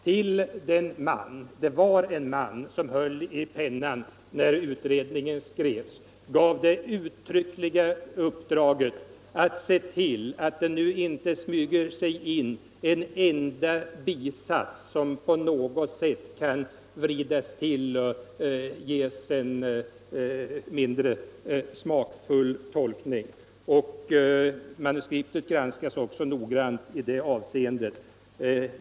Till den man som höll i pennan när utredningsbetänkandet skrevs — det var faktiskt en man -— gavs det uttryckliga uppdraget att se till, att det nu inte skulle smyga sig in en enda bisats som på något sätt kunde vridas till och ges en mindre smakfull tolkning, och manuskriptet granskades också noggrant i det avseendet.